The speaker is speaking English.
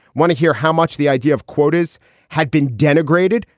want to hear how much the idea of quotas had been denigrated.